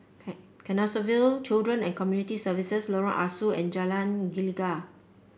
Can Canossaville Children and Community Services Lorong Ah Soo and Jalan Gelegar